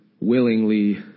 willingly